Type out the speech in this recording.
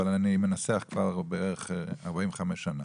אבל אני מנסח כבר בערך 45 שנה,